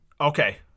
Okay